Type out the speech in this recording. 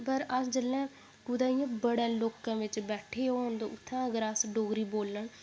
पर अस जेल्लै कुतै इ'यां बड़े लोकें बिच बैठे दे होन ते उत्थै अगर अस डोगरी बोलन